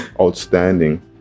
outstanding